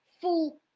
full